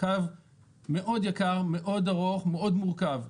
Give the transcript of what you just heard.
קו מאוד יקר, מאוד ארוך ומאוד מורכב.